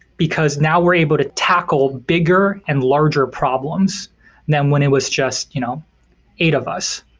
because now we're able to tackle bigger and larger problems than when it was just you know eight of us.